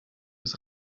des